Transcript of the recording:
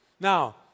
Now